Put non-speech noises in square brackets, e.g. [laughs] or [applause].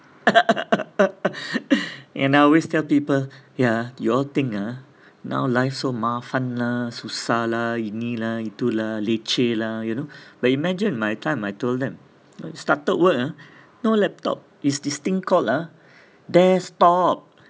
[laughs] and I always tell people ya you all ah think now life so mafan ah susah lah ini lah itu lah leceh lah you know [breath] but imagine my time I told them started work ah no laptop is this thing called ah desktop